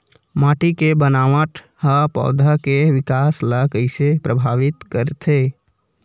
माटी के बनावट हा पौधा के विकास ला कइसे प्रभावित करथे?